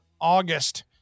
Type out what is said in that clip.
August